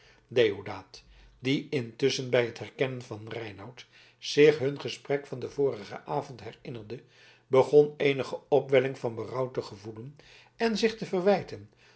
deodaat die intusschen bij het herkennen van reinout zich hun gesprek van den vorigen avond herinnerde begon eenige opwelling van berouw te gevoelen en zich te verwijten